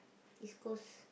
East-Coast